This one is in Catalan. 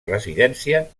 residència